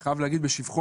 אני חייב להגיד בשבחו,